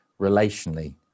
relationally